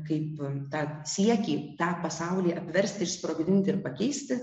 kaip tą siekį tą pasaulį apversti išsprogdinti ir pakeisti